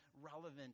relevant